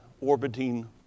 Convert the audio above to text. orbiting